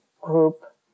group